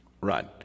run